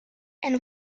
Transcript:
and